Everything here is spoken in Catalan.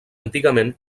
antigament